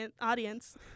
audience